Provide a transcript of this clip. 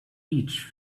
each